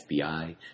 FBI